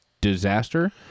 disaster